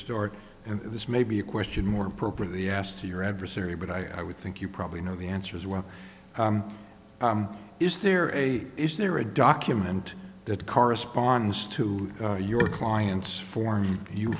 stuart and this may be a question more appropriately asked to your adversary but i would think you probably know the answer as well is there a is there a document that corresponds to your client's form